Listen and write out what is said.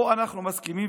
פה אנחנו מסכימים,